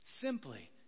simply